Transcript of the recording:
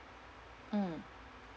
mm